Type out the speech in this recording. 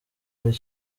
ari